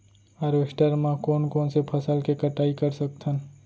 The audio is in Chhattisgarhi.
हारवेस्टर म कोन कोन से फसल के कटाई कर सकथन?